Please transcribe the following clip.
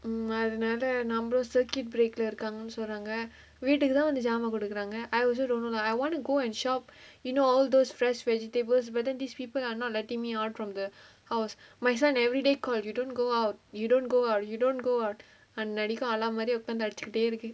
um அதனால நம்மலு:athanaala nammalu circuit break leh இருக்காங்கனு சொல்றாங்க வீட்டுக்குதா வந்து சாமான் கொடுக்குறாங்க:irukkaanganu solraanga veetukkuthaa vanthu saamaan kudukkuraanga I also don't know lah I want to go and shop you know all those fresh vegetables but then these people are not letting me out of the house my son everyday call you don't go out you don't go out you don't go out an~ அடிக்கு:adikku alarm மாரி எப்பயும் வந்து அடிச்சிகிட்டே இருக்கு:maari eppayum vanthu adichikittae irukku